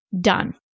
done